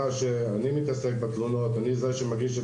אני זה שמתעסק בתלונות ואני זה שמגיש את